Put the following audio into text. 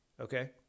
okay